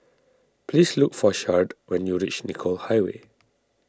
please look for Sharde when you reach Nicoll Highway